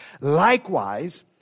likewise